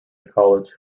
college